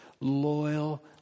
Loyal